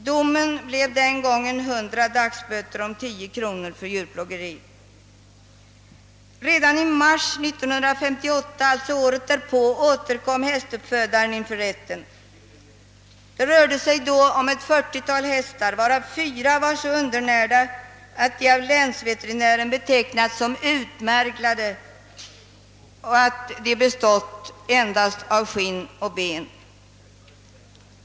Domen blev denna gång 100 dagsböter å 10 kronor för djurplågeri. Redan i mars 1958, alltså året därpå, återkom hästuppfödaren inför rätten. Det rörde sig då om ett fyrtiotal hästar varav fyra var så undernärda att de av länsveterinären betecknades som utmärglade och bestående av endast skinn och ben.